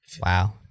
Wow